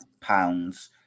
pounds